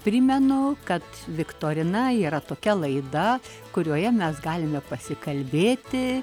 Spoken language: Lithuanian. primenu kad viktorina yra tokia laida kurioje mes galime pasikalbėti